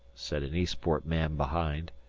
said an eastport man behind.